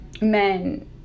men